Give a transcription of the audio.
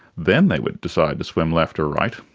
then they would decide to swim left or right,